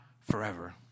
forever